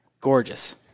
Gorgeous